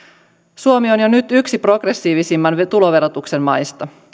suomi on jo nyt yksi progressiivisimman tuloverotuksen maista